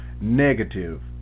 negative